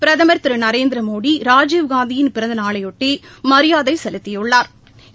பிரதமா் திருநரேந்திரமோடி ராஜீவ்காந்தியின் பிறந்தநாளையொட்டிமரியாவைசெலுத்தியுள்ளாா்